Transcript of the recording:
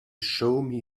show